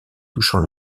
touchant